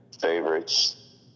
favorites